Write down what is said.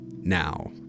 now